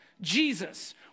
Jesus